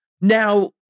Now